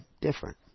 different